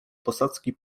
posadzki